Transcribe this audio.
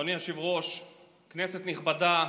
כנסת נכבדה,